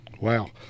wow